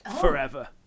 forever